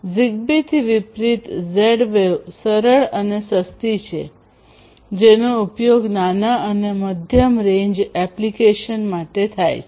ઝિગબીથી વિપરીત Z wave સરળ અને સસ્તી છે જેનો ઉપયોગ નાના અને મધ્યમ રેન્જ એપ્લિકેશન માટે થાય છે